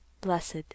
blessed